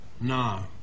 No